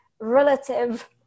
relative